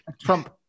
Trump